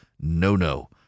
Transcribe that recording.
no-no